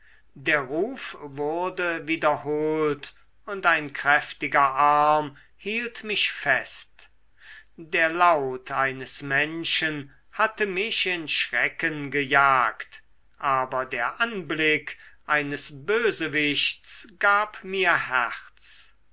der ruf wurde wiederholt und ein kräftiger arm hielt mich fest der laut eines menschen hatte mich in schrecken gejagt aber der anblick eines bösewichts gab mir herz